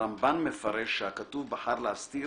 הרמב"ן מפרש שהכתוב בחר להסתיר,